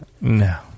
No